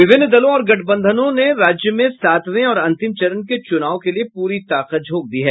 विभिन्न दलों और गठबंधनों ने राज्य में सातवें और अंतिम चरण के चुनाव के लिए पूरी ताकत झोक दी है